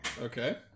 Okay